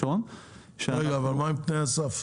אבל מה הם תנאי הסף?